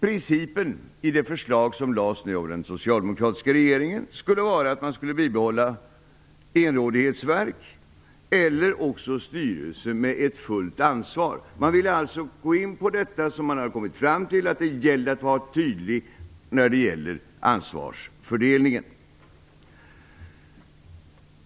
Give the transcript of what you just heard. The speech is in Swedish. Principen i det förslag som har lagts fram av den socialdemokratiska regeringen är att man skall behålla enrådighetsverk eller styrelser med ett fullt ansvar. Man vill alltså uppnå detta som vi kommit fram till, nämligen att det gäller att vara tydlig i fråga om ansvarsfördelningen.